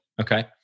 okay